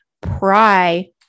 pry